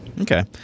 Okay